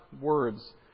words